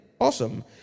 Awesome